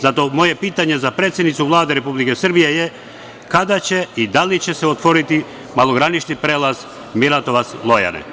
Zato moje pitanje za predsednicu Vlade Republike Srbije - kada će i da li će se otvoriti malogranični prelaz Miratovac – Lojane?